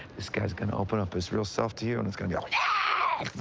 this guy's gonna open up his real self to you, and it's gonna be all yeah